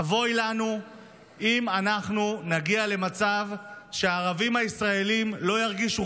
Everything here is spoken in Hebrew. אבוי לנו אם אנחנו נגיע למצב שהערבים הישראלים לא ירגישו